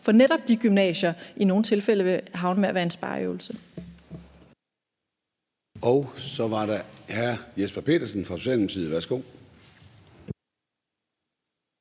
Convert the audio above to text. for netop de gymnasier i nogle tilfælde vil ende med at være en spareøvelse.